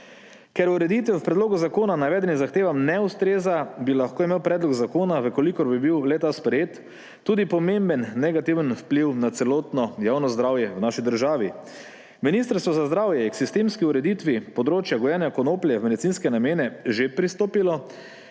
Ker ureditev v predlogu zakona navedenim zahtevam ne ustreza, bi lahko imel predlog zakona, če bi bil le-ta sprejet, tudi pomemben negativen vpliv na celotno javno zdravje v naši državi. Ministrstvo za zdravje je k sistemski ureditvi področja gojenja konoplje v medicinske namene že pristopilo